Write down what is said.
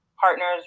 partners